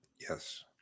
Yes